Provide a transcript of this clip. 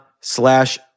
slash